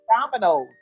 dominoes